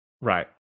Right